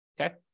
Okay